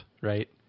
right